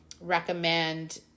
recommend